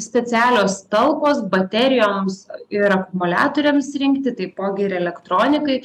specialios talpos baterijoms ir akumuiatoriams rinkti taipogi ir elektronikai